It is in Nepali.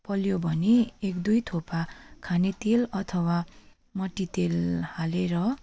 पलियो भने एक दुई थोपा खाने तेल अथवा मट्टीतेल हालेर